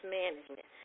management